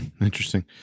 Interesting